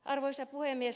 arvoisa puhemies